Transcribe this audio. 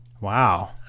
Wow